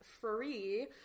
free